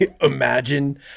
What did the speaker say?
Imagine